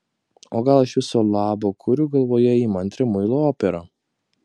o gal aš viso labo kuriu galvoje įmantrią muilo operą